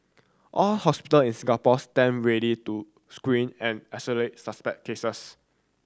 all hospital in Singapore stand ready to screen and isolate suspect cases